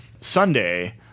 Sunday